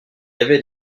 avait